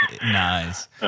Nice